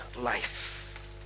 life